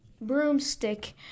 broomstick